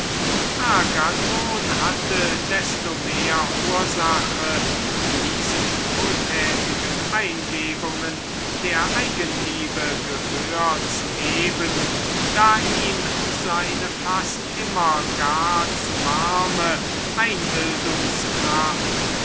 hatte desto mehr ursache diesen wohltätigen eingebungen der eigenliebe gehör zu geben da ihm seine allezeit zu warme